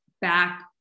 back